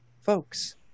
folks